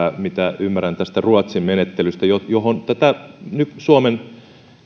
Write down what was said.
mitä ymmärrän tästä ruotsin menettelystä johon tätä suomen